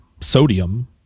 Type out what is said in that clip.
sodium